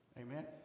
Amen